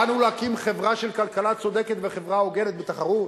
באנו להקים חברה של כלכלה צודקת וחברה הוגנת בתחרות.